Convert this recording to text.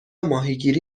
ماهیگیری